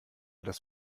das